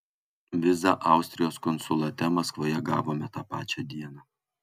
vizą austrijos konsulate maskvoje gavome tą pačią dieną